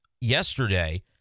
yesterday